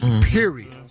period